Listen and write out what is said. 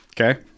okay